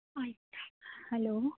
hello